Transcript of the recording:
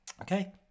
Okay